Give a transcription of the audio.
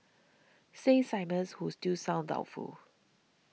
says Simmons who still sounds doubtful